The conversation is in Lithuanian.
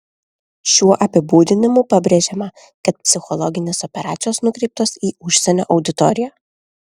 šiuo apibūdinimu pabrėžiama kad psichologinės operacijos nukreiptos į užsienio auditoriją